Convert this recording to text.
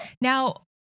Now